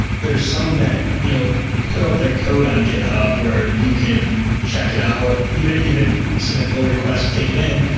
there's some that you know put out their code on github where you can check it out, even even submit poll request and take it in.